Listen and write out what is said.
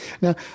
Now